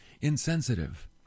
insensitive